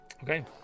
Okay